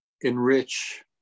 enrich